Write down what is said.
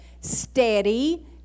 steady